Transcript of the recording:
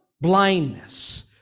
blindness